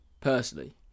Personally